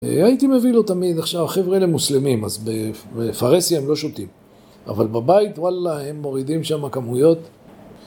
הייתי מביא לו תמיד, עכשיו, החבר'ה אלה מוסלמים, אז בפרסיה הם לא שותים אבל בבית, וואלה, הם מורידים שם כמויות